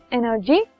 energy